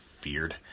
Feared